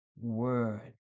word